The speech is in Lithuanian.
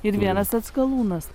ir vienas atskalūnas